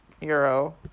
euro